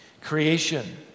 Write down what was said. creation